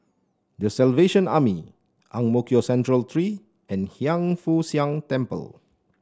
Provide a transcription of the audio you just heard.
The Salvation Army Ang Mo Kio Central Three and Hiang Foo Siang Temple